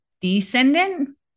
descendant